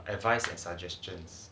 advice and suggestions